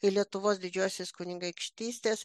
ir lietuvos didžiosios kunigaikštystės